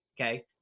Okay